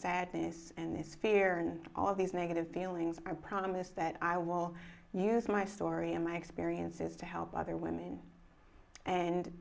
sadness and this fear and all these negative feelings or promise that i will use my story in my experiences to help other women and